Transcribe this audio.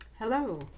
Hello